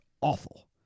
awful